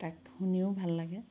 তাক শুনিও ভাল লাগে